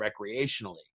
recreationally